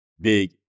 big